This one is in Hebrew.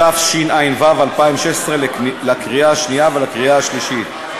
התשע"ו 2016, לקריאה השנייה ולקריאה השלישית.